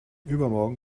übermorgen